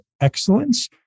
excellence